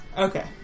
Okay